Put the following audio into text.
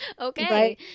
Okay